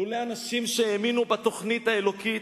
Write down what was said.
לולא אנשים שהאמינו בתוכנית האלוקית,